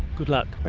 good luck.